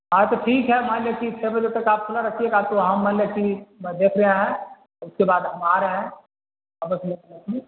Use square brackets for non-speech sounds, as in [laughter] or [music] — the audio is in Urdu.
ہاں تو ٹھیک ہے مان لیں کہ چھ بجے تک آپ کھلا رکھیے گا تو ہم مان لیا کہ دیکھ رہے ہیں اس کے بعد ہم آ رہے ہیں [unintelligible]